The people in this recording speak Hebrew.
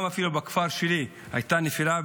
אפילו בכפר שלי הייתה נפילה.